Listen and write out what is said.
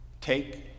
Take